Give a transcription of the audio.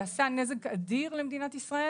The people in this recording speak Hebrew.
זה עשה נזק אדיר למדינת ישראל.